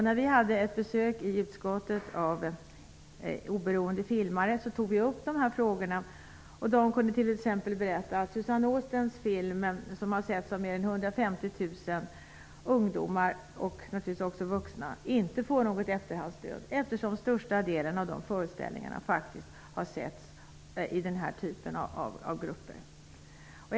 När utskottet besöktes av oberoende filmare togs dessa frågor upp. De kunde då berätta att Suzanne Ostens film, som har setts av mer än 150 000 ungdomar och vuxna, inte får något efterhandsstöd, eftersom största delen av föreställningarna visades för den här typen av grupper.